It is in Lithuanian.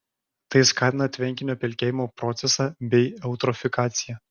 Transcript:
tai skatina tvenkinio pelkėjimo procesą bei eutrofikaciją